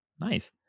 Nice